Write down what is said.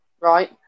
Right